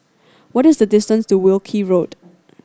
what is the distance to Wilkie Road